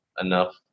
enough